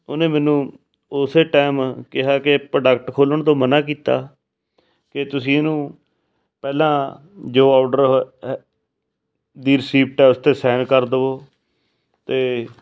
ਉਹਨੇ ਮੈਨੂੰ ਉਸੇ ਟਾਈਮ ਕਿਹਾ ਕਿ ਪ੍ਰੋਡਕਟ ਖੋਲਣ ਤੋਂ ਮਨ੍ਹਾ ਕੀਤਾ ਕਿ ਤੁਸੀਂ ਇਹਨੂੰ ਪਹਿਲਾਂ ਜੋ ਔਡਰ ਹ ਅ ਦੀ ਰਿਸੀਪਟ ਹੈ ਉਸ 'ਤੇ ਸਾਈਨ ਕਰ ਦੋਵੋ ਅਤੇ